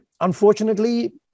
unfortunately